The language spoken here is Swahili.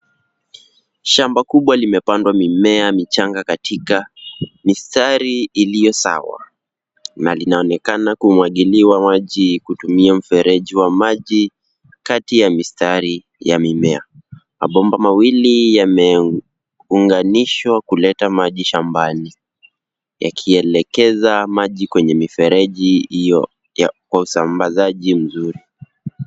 Shamba kubwa limepandwa mimea michanga katika mistari iliyo sawa na linaonekana kumwagiliwa maji kutumia mfereji wa maji kati ya mistari ya mimea. Mabomba mawili yameunganishwa kuleta maji shambani yakielekeza maji kwenye mifereji hiyo ya usambazaji mzuri.